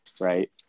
right